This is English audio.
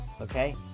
Okay